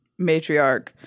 matriarch